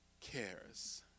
cares